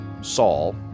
Saul